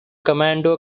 commando